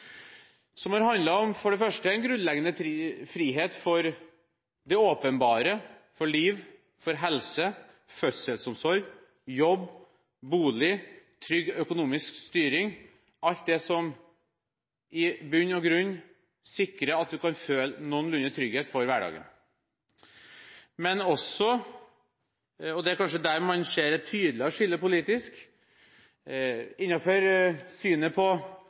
som har handlet om for det første en grunnleggende frihet for det åpenbare – for liv, helse, fødselsomsorg, jobb, bolig, trygg økonomisk styring – alt det som i bunn og grunn sikrer at man kan føle noenlunde trygghet for hverdagen, men også om, og det er kanskje der man ser et tydeligere skille politisk, synet på